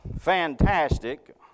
fantastic